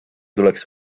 tuleks